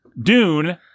Dune